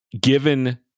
given